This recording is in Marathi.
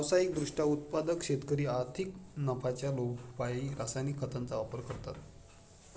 व्यावसायिक दृष्ट्या उत्पादक शेतकरी अधिक नफ्याच्या लोभापायी रासायनिक खतांचा वापर करतात